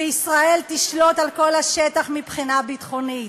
וישראל תשלוט על כל השטח מבחינה ביטחונית.